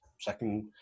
second